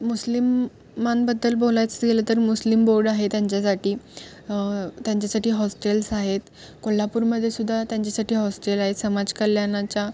मुस्लिममानबद्दल बोलायचंच गेलं तर मुस्लिम बोर्ड आहे त्यांच्यासाठी त्यांच्यासाठी हॉस्टेल्स आहेत कोल्हापूरमध्ये सुद्धा त्यांच्यासाठी हॉस्टेल आहेत समाज कल्याणाच्या